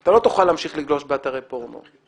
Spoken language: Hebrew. אתה לא תוכל להמשיך לגלוש באתרי פורנו.